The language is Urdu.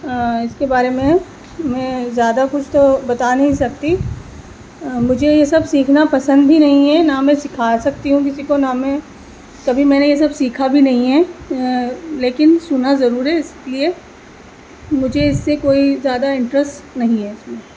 اس کے بارے میں میں زیادہ کچھ تو بتا نہیں سکتی مجھے یہ سب سیکھنا پسند بھی نہیں ہے نہ میں سکھا سکتی ہوں کسی کو نہ میں کبھی میں نے یہ سب سیکھا بھی نہیں ہے لیکن سنا ضرور ہے اس لیے مجھے اس سے کوئی زیادہ انٹرسٹ نہیں ہے اس میں